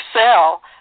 sell